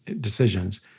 decisions